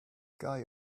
guy